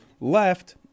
Left